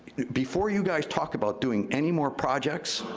before you guys talk about doing any more projects,